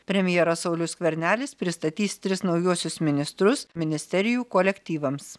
premjeras saulius skvernelis pristatys tris naujuosius ministrus ministerijų kolektyvams